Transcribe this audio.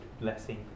blessing